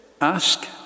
ask